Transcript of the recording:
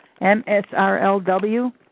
MSRLW